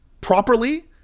properly